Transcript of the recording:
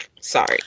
Sorry